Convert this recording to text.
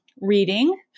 reading